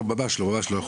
ממש לא ממש לא.